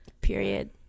Period